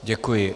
Děkuji.